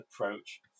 approach